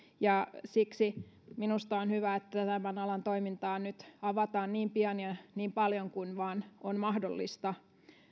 ja siksi minusta on hyvä että tämän alan toimintaa nyt avataan niin pian ja niin paljon kuin vain on mahdollista